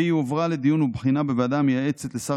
והיא הועברה לדיון ובחינה בוועדה מייעצת לשר